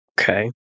Okay